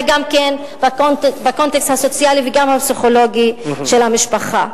אלא גם בקונטקסט הסוציאלי וגם הפסיכולוגי של המשפחה.